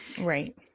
Right